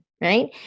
right